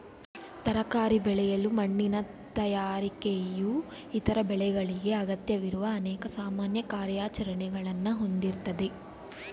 ತರಕಾರಿ ಬೆಳೆಯಲು ಮಣ್ಣಿನ ತಯಾರಿಕೆಯು ಇತರ ಬೆಳೆಗಳಿಗೆ ಅಗತ್ಯವಿರುವ ಅನೇಕ ಸಾಮಾನ್ಯ ಕಾರ್ಯಾಚರಣೆಗಳನ್ನ ಹೊಂದಿರ್ತದೆ